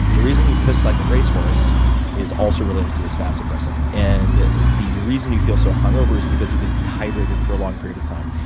the reason you piss like a racehorse is also related to this vasopressin. and the reason you feel so hungover is because you've been dehydrated for a long period of time.